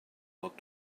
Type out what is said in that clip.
not